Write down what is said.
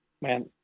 man